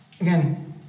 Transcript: again